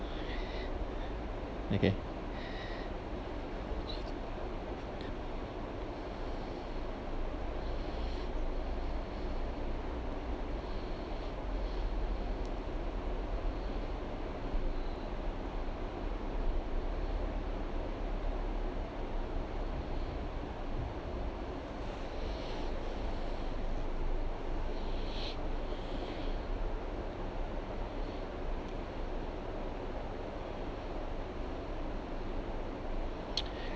okay